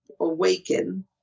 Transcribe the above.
awaken